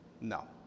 No